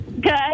Good